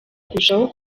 kurushaho